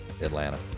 Atlanta